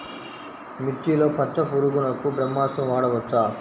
మిర్చిలో పచ్చ పురుగునకు బ్రహ్మాస్త్రం వాడవచ్చా?